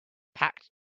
packed